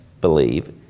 believe